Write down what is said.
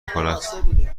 کند